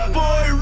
boy